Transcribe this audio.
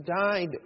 died